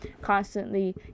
constantly